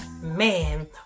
man